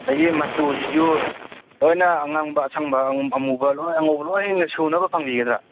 ꯑꯗꯒꯤ ꯃꯆꯨꯁꯤꯁꯨ ꯂꯣꯏꯅ ꯑꯉꯥꯡꯕ ꯑꯁꯪꯕ ꯑꯃꯨꯕ ꯂꯣꯏ ꯑꯉꯧꯕ ꯂꯣꯏꯅ ꯁꯨꯅꯕ ꯐꯪꯕꯤꯒꯗ꯭ꯔꯥ